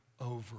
over